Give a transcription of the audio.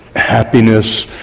happiness,